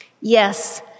Yes